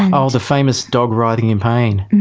and oh, the famous dog writhing in pain.